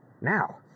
Now